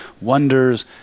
wonders